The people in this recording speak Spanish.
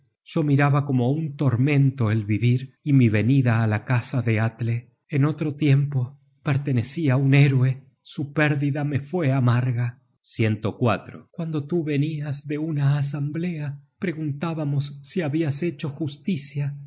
yo miraba como un tormento el vivir y mi venida á la casa de atle en otro tiempo pertenecí á un héroe su pérdida me fue amarga cuando tú venias de una asamblea preguntábamos si habias hecho justicia